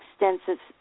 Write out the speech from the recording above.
extensive